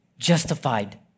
Justified